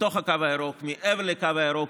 בתוך הקו הירוק, מעבר לקו הירוק.